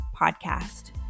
podcast